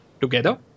together